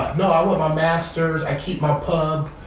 no i want my masters, i keep my pump,